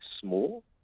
small